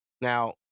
Now